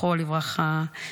זכרו לברכה,